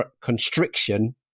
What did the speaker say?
constriction